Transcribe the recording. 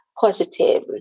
positive